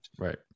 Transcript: Right